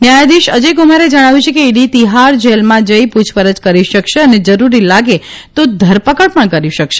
ન્યાયાધીશ અજયકુમારે જણાવ્યું કે ઇડી તિહાર જેલમાં જઇ પૂછપરછ કરી શકશે અને જરૂરી લાગે તો ધરપકડ કરી શકશે